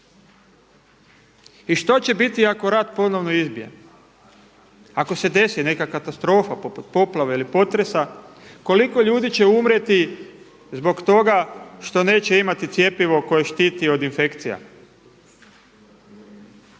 I što će biti ako rat ponovno izbije? Ako se desi neka katastrofa poput poplave ili potresa? Koliko ljudi će umrijeti zbog toga što neće imati cjepivo koje štititi od infekcija.